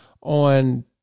on